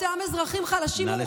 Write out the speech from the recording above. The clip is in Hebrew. אותם אזרחים חלשים, נא לסיים.